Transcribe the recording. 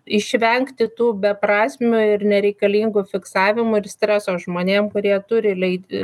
išvengti tų beprasmių ir nereikalingų fiksavimų ir streso žmonėm kurie turi leidi